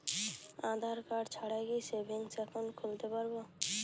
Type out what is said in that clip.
আধারকার্ড ছাড়া কি savings account খুলতে পারব?